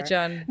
John